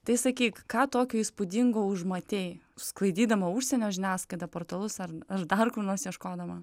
tai sakyk ką tokio įspūdingo užmatei sklaidydama užsienio žiniasklaidą portalus ar dar ko nors ieškodama